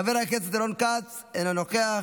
חבר הכנסת רון כץ, אינו נוכח,